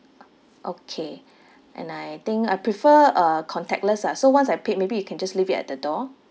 okay and I think I prefer uh contactless ah so once I paid maybe you can just leave it at the door